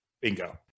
Bingo